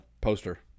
poster